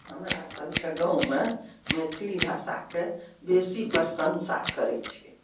हमरा सबके गाँवमे मैथली भाषाके बेसी प्रशंसा करै छै